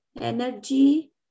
energy